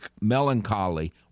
melancholy